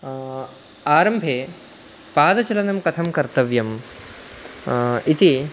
आरम्भे पादचलनं कथं कर्तव्यं इति